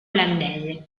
olandese